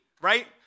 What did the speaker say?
right